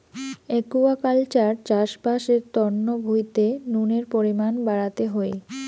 aquaculture চাষবাস এর তন্ন ভুঁইতে নুনের পরিমান বাড়াতে হই